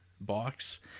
box